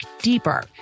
deeper